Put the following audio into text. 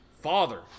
Father